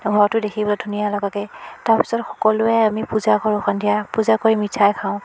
ঘৰটো দেখিবলৈ ধুনীয়া লগাকে তাৰ পিছত সকলোৱে আমি পূজা কৰোঁ সন্ধিয়া পূজা কৰি মিঠাই খাওঁ